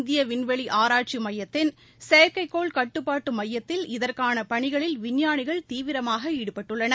இந்தியவிண்வெளிஆராய்ச்சிமையத்தின் பெங்களுருவில் உள்ள செயற்கைக்கோள் கட்டுப்பாட்டுமையத்தில் இதற்கானபணிகளில் விஞ்ஞானிகள் தீவிரமாகஈடுபட்டுள்ளனர்